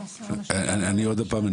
אני אנסה עוד פעם.